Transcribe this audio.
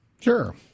Sure